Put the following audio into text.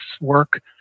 work